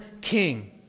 king